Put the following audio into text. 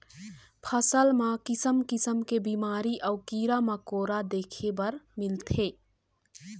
फसल म किसम किसम के बिमारी अउ कीरा मकोरा देखे बर मिलथे